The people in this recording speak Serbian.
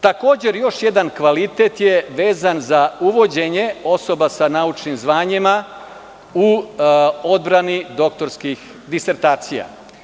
Takođe, još jedan kvalitetan je vezan za uvođenje osoba sa naučnim zvanjima u odbrani doktorskih disertacija.